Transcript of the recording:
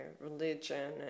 religion